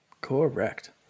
Correct